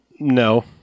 No